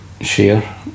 share